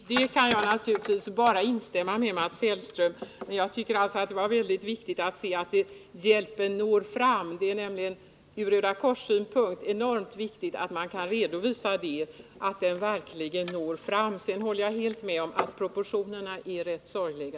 Fru talman! Jag kan på den punkten naturligtvis bara instämma med Mats Hellström. Men jag finner det samtidigt viktigt att understryka att hjälpen når fram. Det är nämligen ur rödakorssynpunkt enormt viktigt att kunna redovisa att den verkligen gör det. Jag kan därutöver också hålla med om att proportionerna är sorgliga.